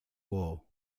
war